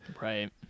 Right